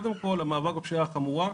קודם כל המאבק בפשיעה החמורה,